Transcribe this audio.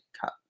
cut